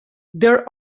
there